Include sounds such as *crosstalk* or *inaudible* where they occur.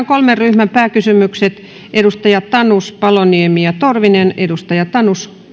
*unintelligible* kolmen ryhmän pääkysymykset edustajat tanus paloniemi ja torvinen edustaja tanus